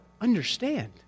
understand